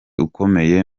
ukomeye